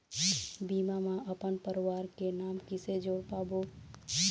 बीमा म अपन परवार के नाम किसे जोड़ पाबो?